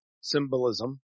Symbolism